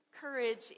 Courage